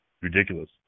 ridiculous